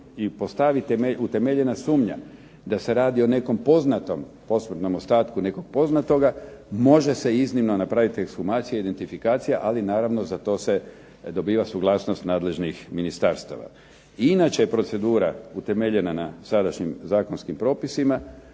se postavi utemeljena sumnja da se radi o nekom poznatom posmrtnom ostatku nekog poznatoga može se iznimno napraviti ekshumacija i identifikacija, ali naravno za to se dobiva suglasnost nadležnih ministarstava. I inače je procedura utemeljena na sadašnjim zakonskim propisima.